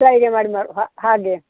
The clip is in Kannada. ಫ್ರೈಗೆ ಮಾಡಿದ ಮಾಡಿ ಹಾಗೇ